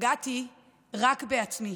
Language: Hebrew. פגעתי רק בעצמי.